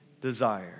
desire